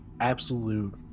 absolute